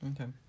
okay